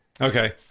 Okay